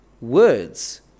words